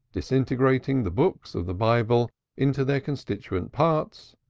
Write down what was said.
disintegrating the books of the bible into their constituent parts,